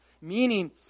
Meaning